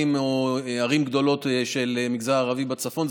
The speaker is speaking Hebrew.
או ערים גדולות של המגזר הערבי בצפון.